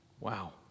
Wow